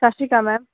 ਸਤਿ ਸ਼੍ਰੀ ਅਕਾਲ ਮੈਮ